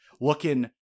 looking